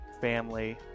family